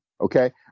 okay